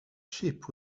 sheep